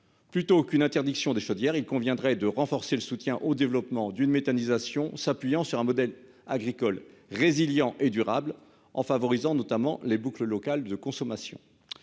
Plutôt que d'interdire les chaudières, il conviendrait de renforcer le soutien au développement de la méthanisation, en s'appuyant sur un modèle agricole résilient et durable et en favorisant notamment les boucles locales de consommation.